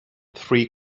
three